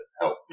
help